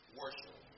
worship